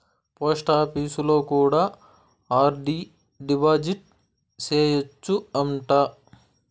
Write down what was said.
పోస్టాపీసులో కూడా RD deposit సేయచ్చు అంట